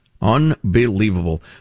Unbelievable